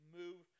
move